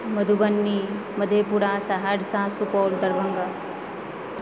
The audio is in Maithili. मधुबनी मधेपुरा सहरसा सुपौल दरभङ्गा